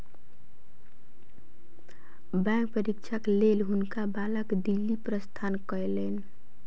bank परीक्षाक लेल हुनका बालक दिल्ली प्रस्थान कयलैन